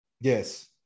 Yes